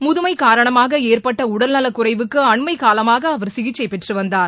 முதுமை காரணமாக ஏற்பட்ட உடல்நலக்குறைவுக்கு அண்மைகாலமாக அவர் சிகிச்சை பெற்று வந்தார்